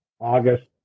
august